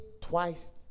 twice